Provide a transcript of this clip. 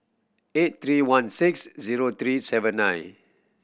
eight three one six zero three seven nine